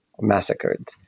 massacred